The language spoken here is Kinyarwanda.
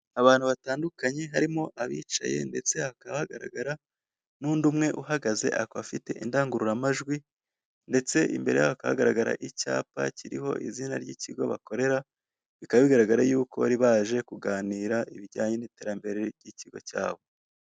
Abantu batandunkanye harimo abicaye ndetse hakaba hagaragara n'undi umwe uhagaze akaba afite indangururamajwi ndetse imbere yabo hakaba hari icyapa kiriho izina ry'ikigo bakorera, bikaba bigaragara yuko bari baje kuganira ibijyanye n'iterambere ry'ikigo cyabo.